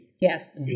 Yes